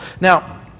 Now